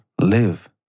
live